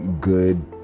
good